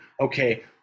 okay